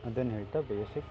ಅದನ್ನು ಹೇಳ್ತಾ ಬಯಸು